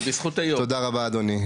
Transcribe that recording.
תודה רבה אדוני.